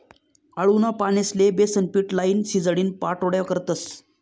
आळूना पानेस्ले बेसनपीट लाईन, शिजाडीन पाट्योड्या करतस